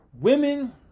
Women